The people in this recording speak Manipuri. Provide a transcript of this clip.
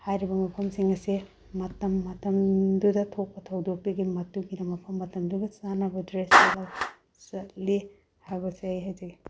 ꯍꯥꯏꯔꯤꯕ ꯃꯐꯃꯁꯤꯡ ꯑꯁꯦ ꯃꯇꯝ ꯃꯇꯝꯗꯨꯗ ꯊꯣꯛꯄ ꯊꯧꯗꯣꯛꯇꯨꯒꯤ ꯃꯇꯨꯡ ꯏꯟꯅ ꯃꯐꯝ ꯃꯇꯝꯗꯨꯒ ꯆꯥꯟꯅꯕ ꯗ꯭ꯔꯦꯁ ꯁꯦꯠꯂꯒ ꯆꯠꯂꯤ ꯍꯥꯏꯕꯁꯦ ꯑꯩ ꯍꯥꯏꯖꯒꯦ